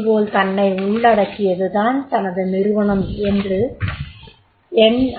அதேபோல் தன்னை உள்ளடக்கியது தான் தனது நிறுவனம் என்ற